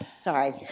sorry.